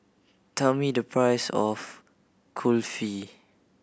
tell me the price of Kulfi